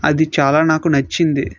అది చాలా నాకు నచ్చింది